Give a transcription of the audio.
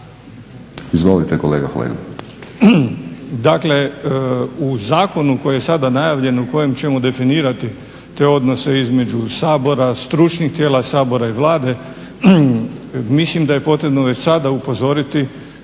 Izvolite kolega Flego.